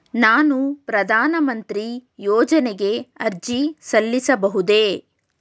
ನಾನು ಪ್ರಧಾನ ಮಂತ್ರಿ ಯೋಜನೆಗೆ ಅರ್ಜಿ ಸಲ್ಲಿಸಬಹುದೇ?